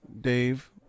Dave